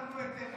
אדוני.